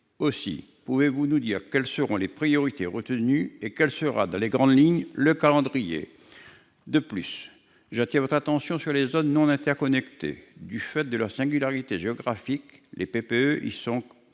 secrétaire d'État, quelles seront les priorités retenues et quel sera, dans les grandes lignes, le calendrier ? De plus, j'attire votre attention sur les zones non interconnectées. Du fait de leurs singularités géographiques, les PPE y sont coélaborées